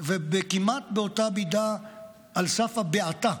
וכמעט באותה מידה על סף הבעתה: